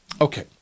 Okay